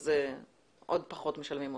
אז עוד פחות משלמים אותו.